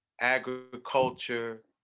agriculture